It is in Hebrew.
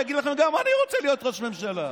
יגיד לכם: גם אני רוצה להיות ראש ממשלה.